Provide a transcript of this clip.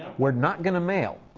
we're not gonna mail.